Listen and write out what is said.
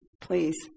please